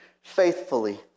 faithfully